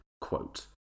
Quote